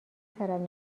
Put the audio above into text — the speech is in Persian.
طرف